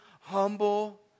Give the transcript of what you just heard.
humble